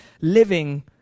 living